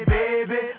baby